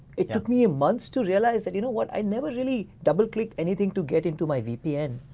it took me ah months to realize that, you know, what i never really double-click anything to get into my vpn.